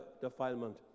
defilement